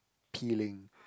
appealing